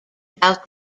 about